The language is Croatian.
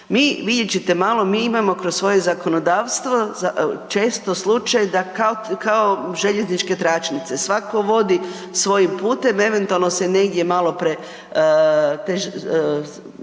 vidjet ćete malo, mi imamo kroz svoje zakonodavstvo često slučaj da kao željezničke tračnice, svatko vodi svojim putem, eventualno se negdje malo te